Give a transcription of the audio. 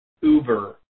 Uber